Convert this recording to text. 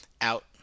out